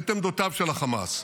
את עמדותיו של החמאס.